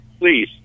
Please